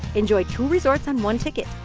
enjoy two resorts on one ticket!